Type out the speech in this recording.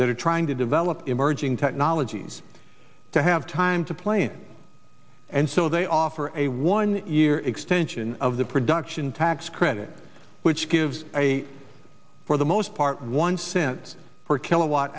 that are trying to develop emerging technologies to have time to plan and so they offer a one year extension of the production tax credit which gives a for the most part one cents per kilowatt